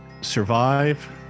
survive